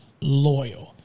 loyal